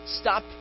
Stop